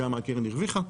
כמה הקרן הרוויחה?